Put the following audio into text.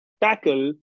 tackle